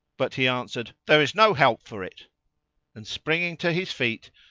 but he answered, there is no help for it and, springing to his feet,